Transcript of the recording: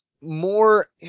more